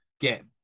get